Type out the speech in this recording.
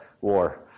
war